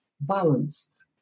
balanced